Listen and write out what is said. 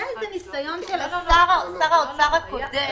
ניסיון של שר האוצר הקודם.